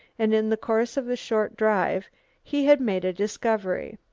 and in the course of the short drive he had made a discovery.